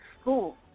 school